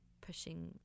pushing